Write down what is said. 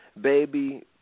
Baby